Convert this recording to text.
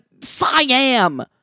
Siam